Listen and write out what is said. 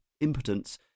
impotence